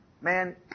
man